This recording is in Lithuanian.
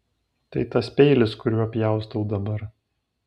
tai tas peilis kuriuo pjaustau dabar